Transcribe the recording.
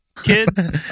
kids